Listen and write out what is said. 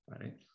Right